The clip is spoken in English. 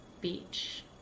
beach